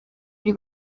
ari